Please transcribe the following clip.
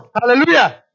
Hallelujah